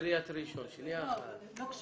בכנסת יש חדר כושר, אחד המשוכללים.